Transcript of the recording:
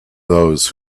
those